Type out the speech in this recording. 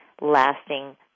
lasting